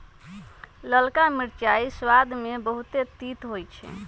ललका मिरचाइ सबाद में बहुते तित होइ छइ